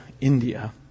India